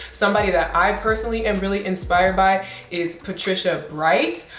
somebody that i personally am really inspired by is patricia bright.